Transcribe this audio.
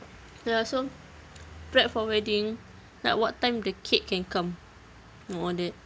ya so prep for wedding like what time the cake can come and all that